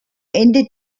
ende